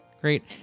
Great